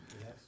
Yes